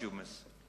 ג'ומס,